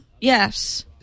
Yes